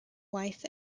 wife